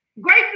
great